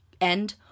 end